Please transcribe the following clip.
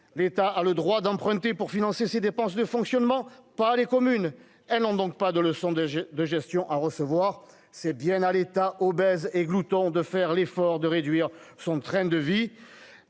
l'État a le droit d'emprunter pour financer ses dépenses de fonctionnement pas les communes, elles ont donc pas de leçon de jeu de gestion à recevoir, c'est bien à l'État obèse et gloutons de faire l'effort de réduire son train de vie,